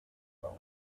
blown